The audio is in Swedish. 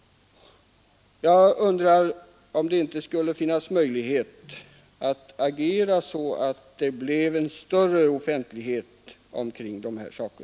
Jag undrar om det inte skulle finnas möjlighet att agera på sådant sätt att det bleve en större offentlighet kring dessa saker.